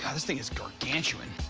ah this thing is gargantuan.